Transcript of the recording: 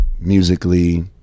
musically